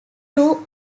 two